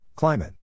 Climate